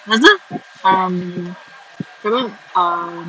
um lepas tu um